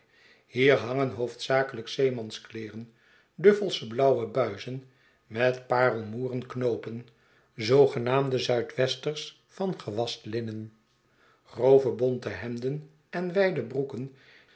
hier hangen hoofdzakelijk zeemanskleeren duffelsche blauwe buizen met paarlmoeren knoopen zoogenaamde zuid westers van gewast linnen grove bonte hemden en wijde broeken